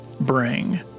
bring